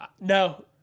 No